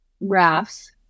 rafts